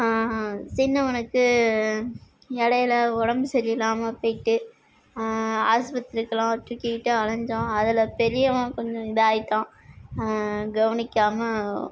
சின்னவனுக்கு இடையில உடம்பு சரி இல்லாமல் போயிட்டு ஆஸ்பத்திரிக்குலாம் தூக்கிட்டு அலைஞ்சோம் அதில் பெரியவன் கொஞ்சம் இதாகிட்டான் கவனிக்காமல்